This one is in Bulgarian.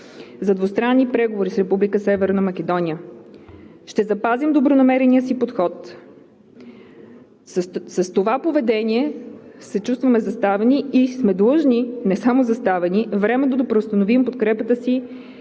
за двустранни преговори с Република Северна Македония, ще запазим добронамерения си подход. С това поведение се чувстваме заставени и сме длъжни, не само заставени, временно да преустановим подкрепата си